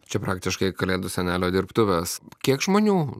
čia praktiškai kalėdų senelio dirbtuvės kiek žmonių